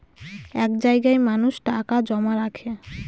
এক জায়গায় মানুষ টাকা জমা রাখে